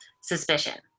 suspicion